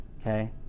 okay